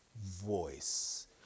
voice